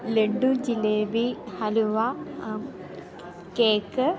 laddu jalebi halwa cake